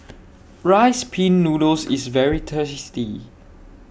Rice Pin Noodles IS very tasty